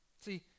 See